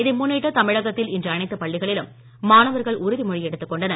இதை முன்னிட்டு தமிழகத்தில் இன்று அனைத்து பள்ளிகளிலும் மாணவர்கள் உறுதிமொழி எடுத்துக் கொண்டனர்